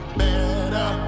better